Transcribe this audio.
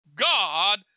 God